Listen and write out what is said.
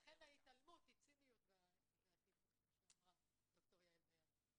לכן ההתעלמות היא ציניות ואטימות כמו שאמרה דוקטור יעל דיין.